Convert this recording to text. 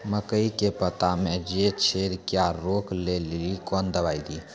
मकई के पता मे जे छेदा क्या रोक ले ली कौन दवाई दी?